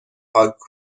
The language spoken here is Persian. پاک